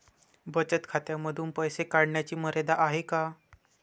बचत खात्यांमधून पैसे काढण्याची मर्यादा आहे का?